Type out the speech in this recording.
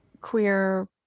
queer